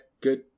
good